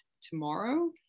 tomorrow